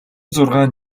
зургаан